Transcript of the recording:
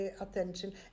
attention